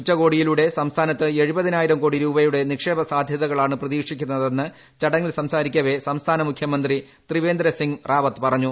ഉച്ചകോടിയിലൂടെ സംസ്ഥാനത്ത് എഴുപതിനായിരം കോടി രൂപയുടെ നിക്ഷേപ സാധ്യതകളാണ് പ്രതീക്ഷിക്കുന്നതെന്ന് ചടങ്ങിൽ സംസാരിക്കവെ സംസ്ഥാന മുഖ്യമന്ത്രി ത്രിവേന്ദ്ര സിംഗ് റാവത്ത് പറഞ്ഞു